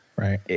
Right